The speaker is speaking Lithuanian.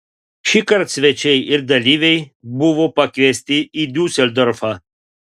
šįkart svečiai ir dalyviai buvo pakviesti į diuseldorfą